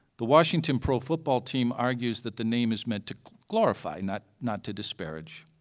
the washington pro football team argues that the name is meant to glorify, not not to disparage.